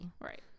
right